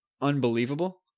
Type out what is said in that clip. unbelievable